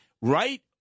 right